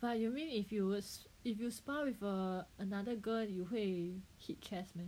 but you mean if you were if you spar with a~ another girl 你会 hit chest ah